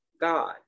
God